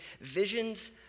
visions